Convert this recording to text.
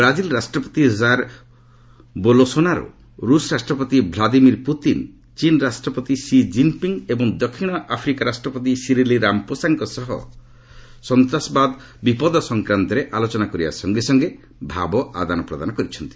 Brazil ରାଷ୍ଟ୍ରପତି Jair Bolsonaro ରୃଷ୍ ରାଷ୍ଟ୍ରପତି ଭ୍ଲାଦିମିର୍ ପୁତିନ୍ ଚୀନ୍ ରାଷ୍ଟ୍ରପତି ଷି କିନ୍ପିଙ୍ଗ୍ ଏବଂ ଦକ୍ଷିଣ ଆଫ୍ରିକା ରାଷ୍ଟ୍ରପତି ସିରିଲି ରାମପୋସାଙ୍କ ସହ ସନ୍ତାସବାଦ ବିପଦ ସଂକ୍ରାନ୍ତରେ ଆଲୋଚନା କରିବା ସଙ୍ଗେ ସଙ୍ଗେ ଭାବ ଆଦାନ ପ୍ରଦାନ କରିଛନ୍ତି